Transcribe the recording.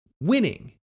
winning